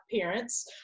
parents